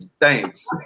Thanks